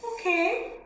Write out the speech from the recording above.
Okay